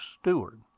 steward